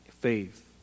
faith